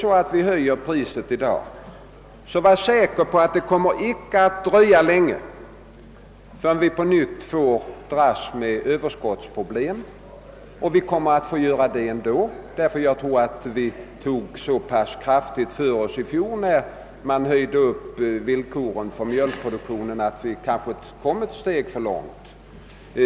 Om vi höjer priset i dag, kan vi vara säkra på att det inte kommer att dröja länge förrän vi på nytt får dras med Ööverskottsproblem. Vi kommer kanske att få göra det ändå, ty vi tog nog till för kraftigt i fjol, när vi förbättrade villkoren för mjölkproduktionen; vi kanske kom ett steg för långt.